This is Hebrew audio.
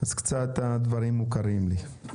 אז קצת הדברים מוכרים לי.